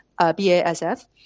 BASF